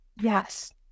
Yes